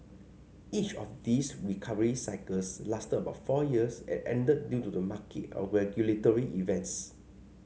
each of these recovery cycles lasted about four years and ended due to market or regulatory events